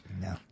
No